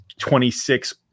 26